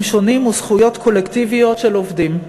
שונים וזכויות קולקטיביות של עובדים.